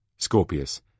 Scorpius